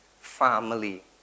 family